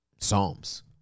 Psalms